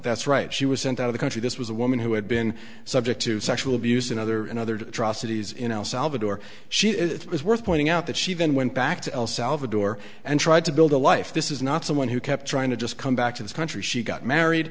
that's right she was sent out of the country this was a woman who had been subject to sexual abuse another another to cities in el salvador she is it was worth pointing out that she then went back to el salvador and tried to build a life this is not someone who kept trying to just come back to this country she got married